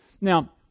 Now